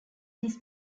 this